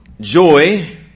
Joy